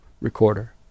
recorder